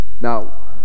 Now